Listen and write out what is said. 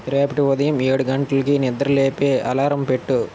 రేపటి ఉదయం ఏడు గంటలకి నిద్ర లేపే అలారం పెట్టు